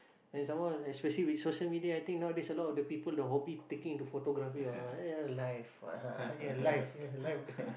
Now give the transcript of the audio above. and some more especially with social media I think nowadays a lot of the people the hobby taking into photography what ya life ya life here ya life there